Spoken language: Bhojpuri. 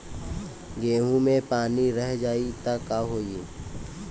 गेंहू मे पानी रह जाई त का होई?